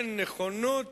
אין נכונות